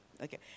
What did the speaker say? Okay